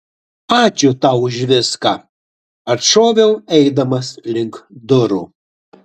ačiū tau už viską atšoviau eidamas link durų